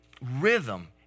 rhythm